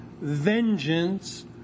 vengeance